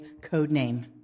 codename